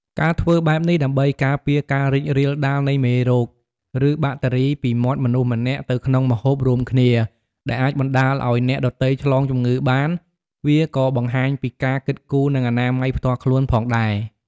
ការធ្វើបែបនេះដើម្បីការពារការរីករាលដាលនៃមេរោគ ឬបាក់តេរីពីមាត់មនុស្សម្នាក់ទៅក្នុងម្ហូបរួមគ្នា ដែលអាចបណ្តាលឲ្យអ្នកដទៃឆ្លងជំងឺបាន វាក៏បង្ហាញពីការគិតគូរនិងអនាម័យផ្ទាល់ខ្លួនផងដែរ។